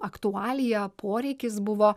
aktualiją poreikis buvo